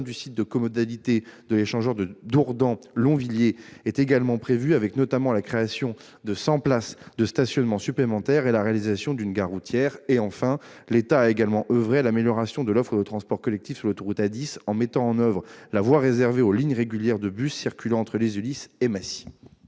du site de comodalité de l'échangeur de Dourdan-Longvilliers est également prévu, avec notamment la création de 100 places de stationnement supplémentaires et la réalisation d'une gare routière. Enfin, l'État a aussi oeuvré à l'amélioration de l'offre de transport collectif sur l'autoroute A10, en mettant en oeuvre la voie réservée aux lignes régulières de bus circulant entre Les Ulis et Massy.